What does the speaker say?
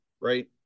right